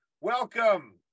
welcome